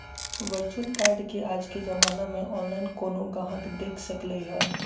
virtual card के आज के जमाना में ऑनलाइन कोनो गाहक देख सकलई ह